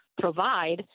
provide